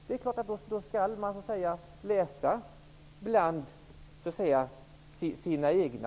I sådana fall skall man självfallet få läsa bland sina egna.